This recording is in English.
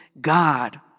God